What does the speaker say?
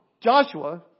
Joshua